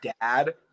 dad